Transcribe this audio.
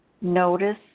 notice